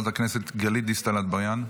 חברת הכנסת גלית דיסטל אטבריאן,